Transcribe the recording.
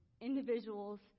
individuals